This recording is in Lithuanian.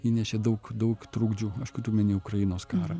įnešė daug daug trukdžių aišku turiu omeny ukrainos karą